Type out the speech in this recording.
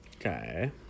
okay